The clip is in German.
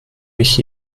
mich